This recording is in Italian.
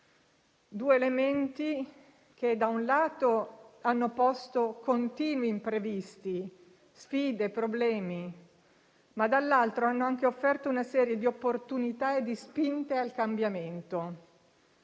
due elementi che, da un lato, hanno posto continui imprevisti, sfide e problemi, ma dall'altro hanno anche offerto una serie di opportunità e di spinte al cambiamento.